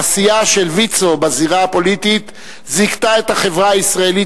העשייה של ויצו בזירה הפוליטית זיכתה את החברה הישראלית